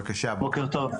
בוקר טוב.